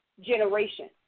generation